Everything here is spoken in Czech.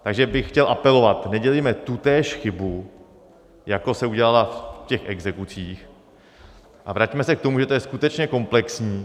Takže bych chtěl apelovat, nedělejme tutéž chybu, jako se udělala v exekucích, a vraťme se k tomu, že to je skutečně komplexní.